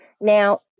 Now